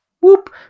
whoop